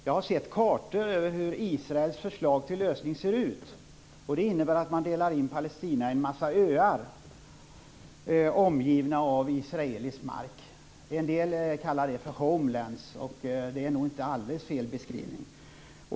Jag har sett hur kartorna ser ut i Israels förslag till lösning, och det innebär att man delar in Palestina i en massa öar omgivna av israelisk mark. En del kallar det homelands, och det är nog inte helt fel beskrivning.